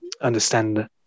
understand